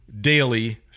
daily